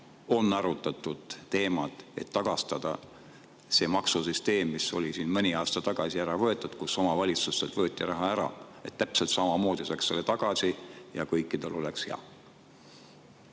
on arutatud teemat, et taastada see maksusüsteem, mis mõni aasta tagasi ära muudeti, kui omavalitsustelt võeti raha ära, nii et täpselt samamoodi saaks selle tagasi ja kõikidel oleks hea?